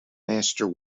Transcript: master